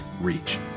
reach